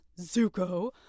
Zuko